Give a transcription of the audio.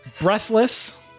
Breathless